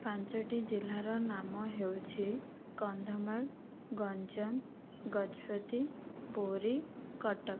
ପାଞ୍ଚୋଟି ଜିଲ୍ଲାର ନାମ ହେଉଛି କନ୍ଧମାଳ ଗଞ୍ଜାମ ଗଜପତି ପୁରୀ କଟକ